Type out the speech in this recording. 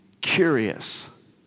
curious